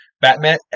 Batman